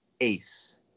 Ace